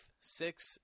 six